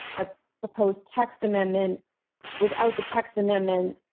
a proposed text amendment without the text amendment.